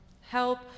Help